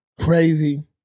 Crazy